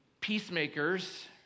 peacemakers